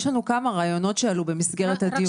יש לנו כמה רעיונות שעלו במסגרת הדיונים.